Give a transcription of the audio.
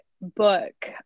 book